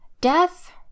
Death